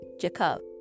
Jakob